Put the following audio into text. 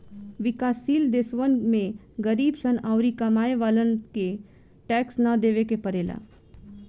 विकाश शील देशवन में गरीब सन अउरी कमाए वालन के टैक्स ना देवे के पड़ेला